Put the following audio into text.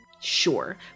Sure